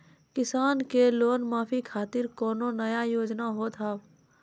किसान के लोन माफी खातिर कोनो नया योजना होत हाव?